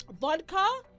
Vodka